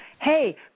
hey